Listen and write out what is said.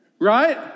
Right